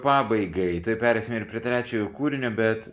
pabaigai tuoj pereisime ir prie trečiojo kūrinio bet